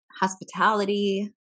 hospitality